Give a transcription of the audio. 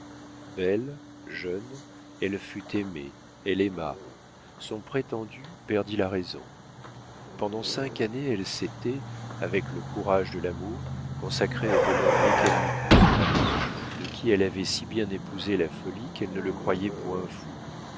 belle jeune elle fut aimée elle aima son prétendu perdit la raison pendant cinq années elle s'était avec le courage de l'amour consacrée au bonheur mécanique de ce malheureux de qui elle avait si bien épousé la folie qu'elle ne le croyait point fou